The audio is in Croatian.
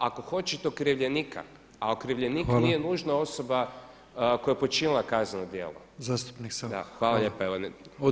ako hoćete okrivljenika a okrivljenik nije nužna osoba koja je počinila kazneno djelo [[Upadica: Zastupnik Saucha.]] Da, hvala lijepa.